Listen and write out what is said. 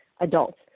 adults